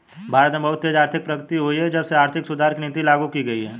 भारत में बहुत तेज आर्थिक प्रगति हुई है जब से आर्थिक सुधार की नीति लागू की गयी है